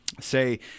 say